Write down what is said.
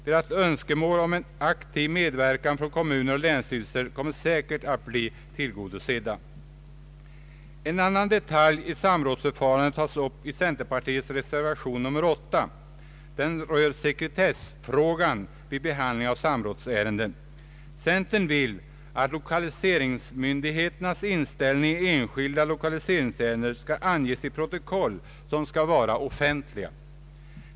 Dess önskemål om en aktiv medverkan från kommuner och länsstyrelser kommer säkert att bli tillgodosedda. En annan detalj i samrådsförfarandet tas upp i den centerpartistiska reservationen 8. Den rör sekretessfrågan vid behandling av samrådsärenden. Centern vill att lokaliseringsmyndighetens inställning i enskilda lokaliseringsärenden skall anges i protokoll som skall vara offentliga.